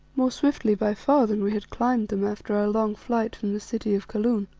more swiftly by far than we had climbed them after our long flight from the city of kaloon.